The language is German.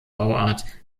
bauart